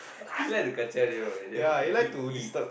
you like to kacau them ah you damn e~ e~ e~